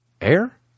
air